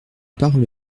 parole